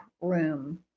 room